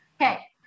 Okay